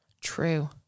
True